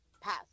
Pass